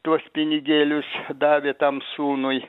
tuos pinigėlius davė tam sūnui